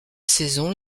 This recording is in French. saison